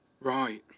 Right